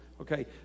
Okay